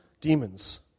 demons